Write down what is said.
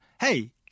Hey